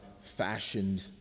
fashioned